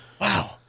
wow